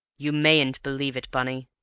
you mayn't believe it, bunny,